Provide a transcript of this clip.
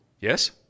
Yes